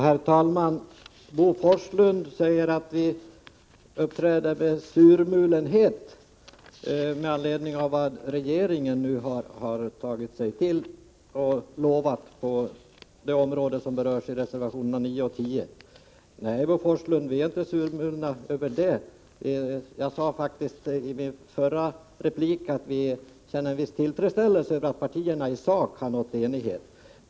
Herr talman! Bo Forslund säger att vi uppträder med surmulenhet trots att regeringen har utlovat förslag i de frågor som tagits upp i reservationerna 9 och 10. Nej, Bo Forslund, vi är inte surmulna över det. Jag sade faktiskt i min förra replik att vi känner en viss tillfredsställelse över att partierna i sak har uppnått enighet.